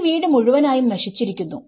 ഈ വീട് മുഴുവനായും നശിച്ചിരിക്കുന്നു